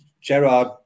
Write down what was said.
Gerard